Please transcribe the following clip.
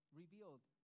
revealed